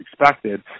expected